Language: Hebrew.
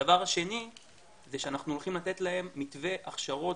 הדבר השני זה שאנחנו הולכים לתת להם מתווה הכשרות,